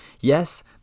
Yes